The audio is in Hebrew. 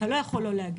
אתה לא יכול לא להגיע.